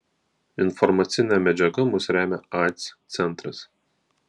informacine medžiaga mus remia aids centras